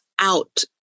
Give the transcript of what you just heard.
out